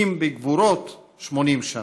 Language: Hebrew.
ואם בגבורת שמונים שנה".